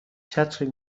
چتری